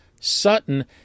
Sutton